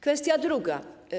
Kwestia druga.